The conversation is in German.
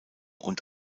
und